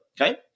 okay